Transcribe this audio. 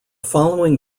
following